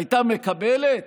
הייתה מקבלת?